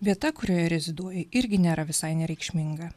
vieta kurioje reziduoji irgi nėra visai nereikšminga